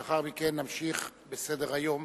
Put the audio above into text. לאחר מכן נמשיך בסדר-היום,